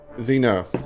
Zeno